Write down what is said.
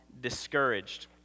discouraged